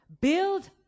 Build